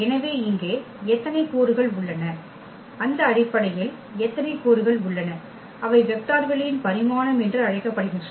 எனவே இங்கே எத்தனை கூறுகள் உள்ளன அந்த அடிப்படையில் எத்தனை கூறுகள் உள்ளன அவை வெக்டர் வெளியின் பரிமாணம் என்று அழைக்கப்படுகின்றன